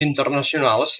internacionals